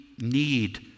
need